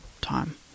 time